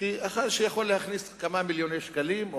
כדבר שיכול להכניס כמה מיליוני שקלים,